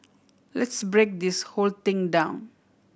let's break this whole thing down